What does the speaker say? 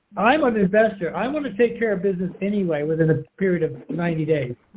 i'm an investor. i want to take care of business anyway within a period of ninety days.